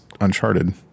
Uncharted